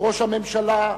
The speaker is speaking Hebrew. ראש הממשלה,